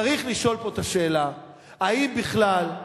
צריך לשאול פה את השאלה האם בכלל,